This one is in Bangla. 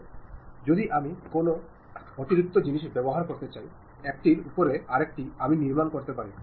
সুতরাং যদি আমি কোনও অতিরিক্ত জিনিস ব্যবহার করতে চাই একটির উপরে আরেকটি আমি নির্মাণ করতে পারি